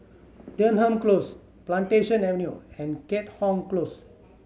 Denham Close Plantation Avenue and Keat Hong Close